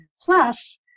Plus